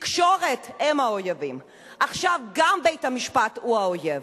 התקשורת היא האויב, עכשיו גם בית-המשפט הוא האויב.